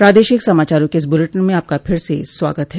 प्रादेशिक समाचारों के इस बुलेटिन में आपका फिर से स्वागत है